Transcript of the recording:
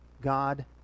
God